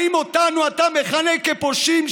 האם אותנו אתה מכנה פושעים,